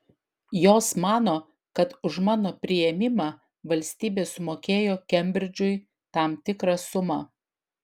jos mano kad už mano priėmimą valstybė sumokėjo kembridžui tam tikrą sumą